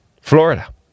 Florida